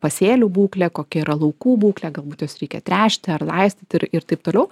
pasėlių būklė kokia yra laukų būklė galbūt juos reikia tręšti ar laistyti ir ir taip toliau